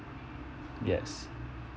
yes